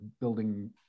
building